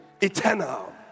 eternal